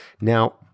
Now